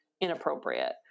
inappropriate